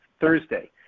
Thursday